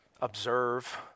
observe